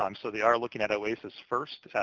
um so they are looking at oasis first.